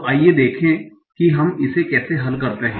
तो आइए देखें कि हम इसे कैसे हल करते हैं